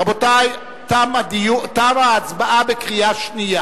רבותי, תמה ההצבעה בקריאה שנייה.